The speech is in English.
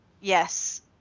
yes